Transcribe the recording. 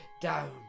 down